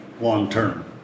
long-term